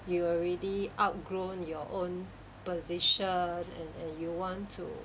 you already outgrown your own position and and you want to